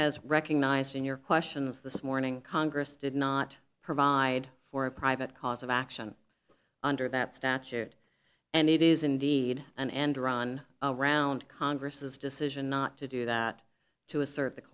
has recognized in your questions this morning congress did not provide for a private cause of action under that statute and it is indeed an end run around congress as decision not to do that to assert the